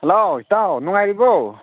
hello ꯏꯇꯥꯎ ꯅꯨꯡꯉꯥꯏꯔꯤꯕꯣ